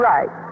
Right